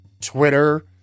Twitter